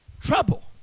trouble